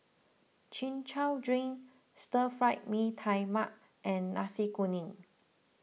Chin Chow Drink Stir Fry Mee Tai Mak and Nasi Kuning